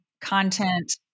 content